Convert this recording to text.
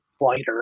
lighter